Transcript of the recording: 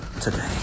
today